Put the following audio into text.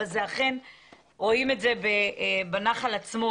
אבל רואים את זה בנחל עצמו,